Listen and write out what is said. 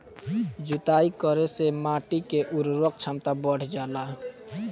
जुताई करे से माटी के उर्वरक क्षमता बढ़ जाला